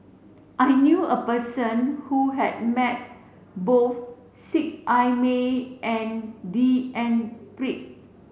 I knew a person who has met both Seet Ai Mee and D N Pritt